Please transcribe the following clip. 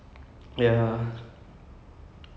because um the guy